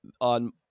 on